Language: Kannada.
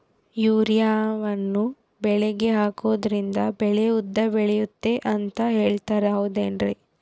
ಯೂರಿಯಾವನ್ನು ಬೆಳೆಗೆ ಹಾಕೋದ್ರಿಂದ ಬೆಳೆ ಉದ್ದ ಬೆಳೆಯುತ್ತೆ ಅಂತ ಹೇಳ್ತಾರ ಹೌದೇನ್ರಿ?